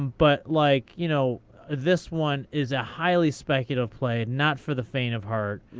but like you know this one is a highly speculative play, not for the faint of heart.